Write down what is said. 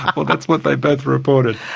well, that's what they both reported.